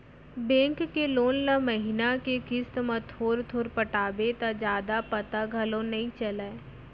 bank के loan ल महिना के किस्त म थोर थोर पटाबे त जादा पता घलौ नइ चलय